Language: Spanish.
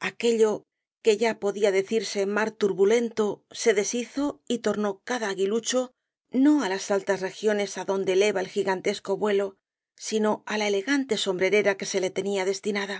aquello que ya podía decirse mar turbulenta se deshizo y tornó cada aguilucho no á las altas regiones adonde eleva el gigantesco vuelo sino á la elegante sombrerera que se le tenía destinada